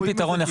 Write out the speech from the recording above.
אין פתרון אחד.